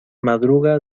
madruga